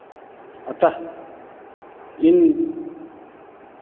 अतः इन